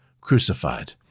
crucified